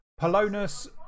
Polonus